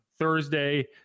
Thursday